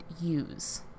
use